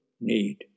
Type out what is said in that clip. need